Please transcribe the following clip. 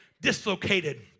dislocated